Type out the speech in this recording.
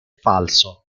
falso